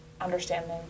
understanding